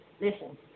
Listen